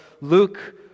Luke